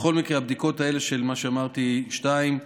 בכל מקרה הבדיקות האלה של מה שאמרתי, סעיף 2,